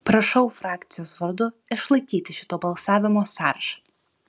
prašau frakcijos vardu išlaikyti šito balsavimo sąrašą